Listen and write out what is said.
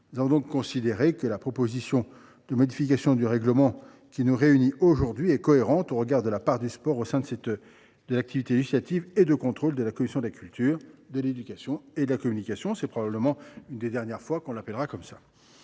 Nous avons donc considéré que la proposition de modification du règlement qui nous réunit aujourd’hui est cohérente au regard de la part du sport au sein de l’activité législative et de contrôle de la commission de la culture, de l’éducation et de la communication ; c’est probablement l’une des dernières fois qu’on l’appellera ainsi.